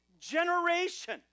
generation